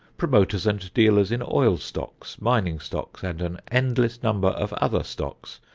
promoters and dealers in oil stocks, mining stocks and an endless number of other stocks,